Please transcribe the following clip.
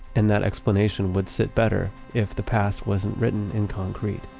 and that explanation would sit better if the past wasn't written in concrete